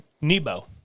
Nebo